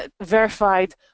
verified